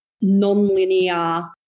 non-linear